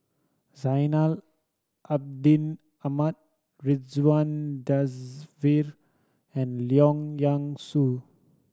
Zainal Abidin Ahmad Ridzwan Dzafir and Leong Yee Soo